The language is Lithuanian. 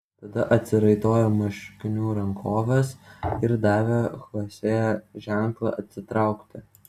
tada atsiraitojo marškinių rankoves ir davė chosė ženklą atsitraukti